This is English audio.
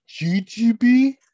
GGB